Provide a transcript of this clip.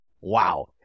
Wow